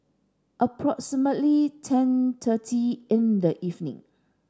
approximately ten thirty in the evening